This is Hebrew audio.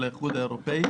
של האיחוד האירופאי,